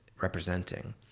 representing